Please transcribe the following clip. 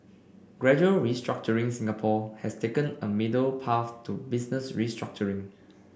gradual restructuring Singapore has taken a middle path to business restructuring